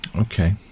Okay